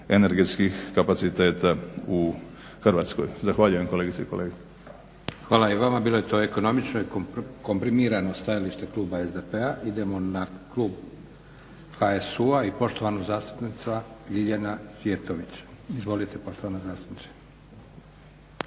energetskih kapaciteta u Hrvatskoj. Zahvaljujem kolegice i kolege. **Leko, Josip (SDP)** Hvala. Bilo je to ekonomično i komprimirano stajalište kluba SDP-a. Idemo na klub HSU-a i poštovana zastupnica Ljiljana Cvjetović. **Cvjetović, Ljiljana